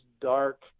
dark